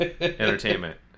entertainment